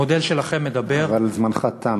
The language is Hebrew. המודל שלכם מדבר, אבל זמנך תם.